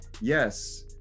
Yes